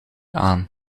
aan